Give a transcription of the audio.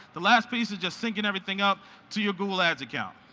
the last piece is just syncing everything up to your google ads account.